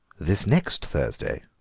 this next thursday?